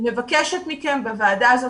אני מבקשת מכם בוועדה הזאת,